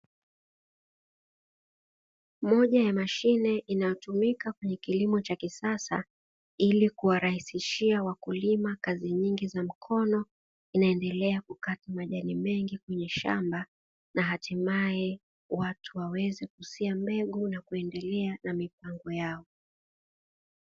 Moja ya mashine inayotumika kwenye kilimo cha kisasa, ili kuwarahisishia wakulima kazi nyingi za mkono, inaendelea kukata makajini mengi kwenye shamba na hatimae watu waweze kusia mbegu na kuendelea na mipango yao.